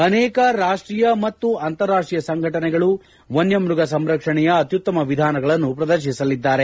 ಅನೇಕ ರಾಷ್ಷೀಯ ಮತ್ತು ಅಂತಾರಾಷ್ಷೀಯ ಸಂಘಟನೆಗಳು ವನ್ನ ಮೃಗ ಸಂರಕ್ಷಣೆಯ ಅತ್ಯುತ್ತಮ ವಿಧಾನಗಳನ್ನು ಪ್ರದರ್ತಿಸಲಿದ್ದಾರೆ